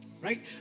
Right